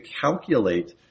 calculate